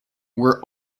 were